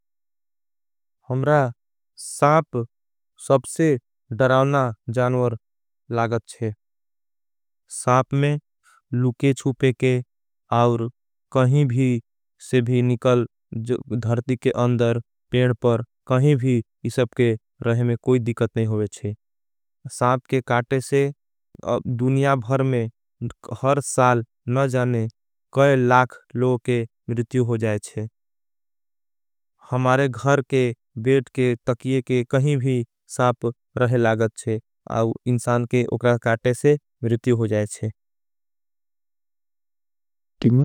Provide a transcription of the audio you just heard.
हमरा साप सबसे डरावना जानवर लागत शे। साप में लूके छुपे के और कहीं भी से भी निकल। धर्दी के अंदर पेढ़ड पर कहीं भी इससे के रहे में। कोई दिकत नहीं होगे शे साप के काटे से दुनिया भर। में हर साल नजाने कई लाख लोग के मिर्तियों हो जायते। हैं हमारे घर के बेट के टकिये के कहीं भी साप रहे। लागते हैं आव इन्सान के उक्रा काटे से मिर्तियों हो जायें।